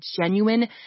genuine